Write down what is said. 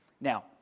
Now